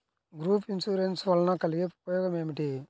Group insurance వలన కలిగే ఉపయోగమేమిటీ?